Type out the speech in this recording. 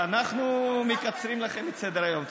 אנחנו מקצרים לכם את סדר-היום.